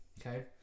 Okay